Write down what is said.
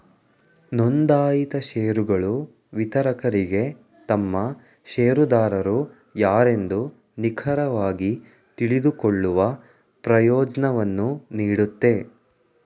ನೊಂದಾಯಿತ ಶೇರುಗಳು ವಿತರಕರಿಗೆ ತಮ್ಮ ಶೇರುದಾರರು ಯಾರೆಂದು ನಿಖರವಾಗಿ ತಿಳಿದುಕೊಳ್ಳುವ ಪ್ರಯೋಜ್ನವನ್ನು ನೀಡುತ್ತೆ